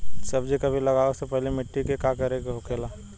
सब्जी कभी लगाओ से पहले मिट्टी के का करे के होखे ला?